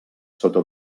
sota